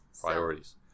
priorities